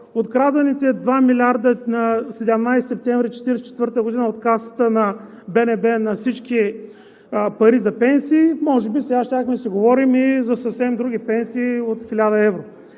откраднатите 2 милиарда на 17 септември 1944 г. от касата на БНБ – на всички пари за пенсии, може би сега щяхме да си говорим за съвсем други пенсии – от 1000 евро.